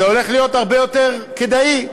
זה הולך להיות הרבה יותר כדאי.